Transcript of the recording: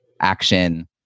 action